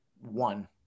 one